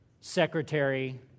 secretary